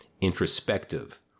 introspective